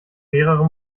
mehrere